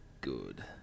good